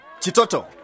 Chitoto